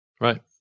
right